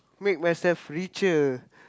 make myself richer